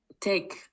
take